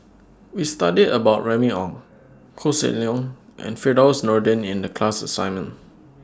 We studied about Remy Ong Koh Seng Leong and Firdaus Nordin in The class assignment